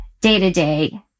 day-to-day